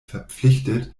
verpflichtet